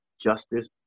Justice